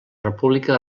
república